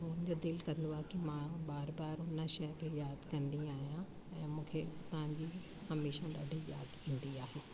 त पोइ मुंहिंजो दिलि कंदो आहे की मां बार बार हुन शइ खे यादि कंदी आहियां ऐं मूंखे तव्हांजी हमेशह ॾाढी यादि ईंदी आहे